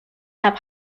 have